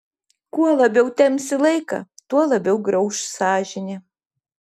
kuo labiau tempsi laiką tuo labiau grauš sąžinė